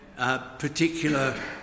Particular